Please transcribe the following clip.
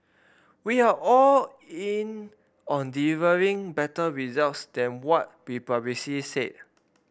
we are all in on delivering better results than what we publicly said